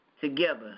together